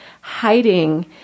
hiding